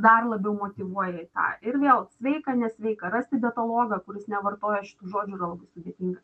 dar labiau motyvuoja ir vėl sveika nesveika rasti dietologą kuris nevartoja žodžių yra labai sudėtinga